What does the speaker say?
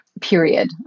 period